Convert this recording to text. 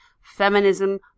feminism